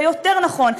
ויותר נכון,